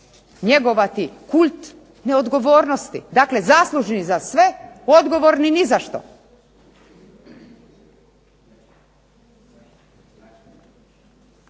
njegovati kult neodgovornosti, dakle zaslužni za sve odgovorni ni za što.